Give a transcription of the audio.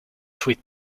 sweet